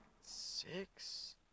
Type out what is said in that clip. six